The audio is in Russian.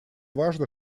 важно